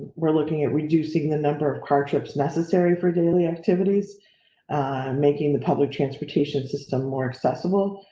we're looking at reducing the number of car trips, necessary for daily activities making the public transportation system, more accessible,